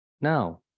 now